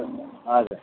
हजुर